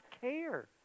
care